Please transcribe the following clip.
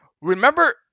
remember